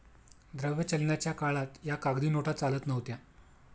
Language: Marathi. द्रव्य चलनाच्या काळात या कागदी नोटा चालत नव्हत्या